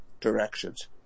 directions